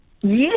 Yes